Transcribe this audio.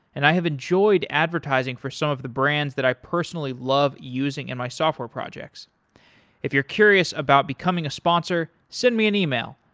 and i have enjoyed advertising for some of the brands that i personally love using in my software projects if you're curious about becoming a sponsor, send me an e-mail,